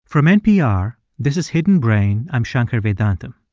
from npr, this is hidden brain. i'm shankar vedantam.